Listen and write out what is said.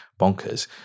bonkers